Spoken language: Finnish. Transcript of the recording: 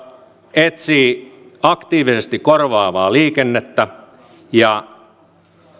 etsii aktiivisesti korvaavaa liikennettä ja